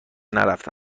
نرفته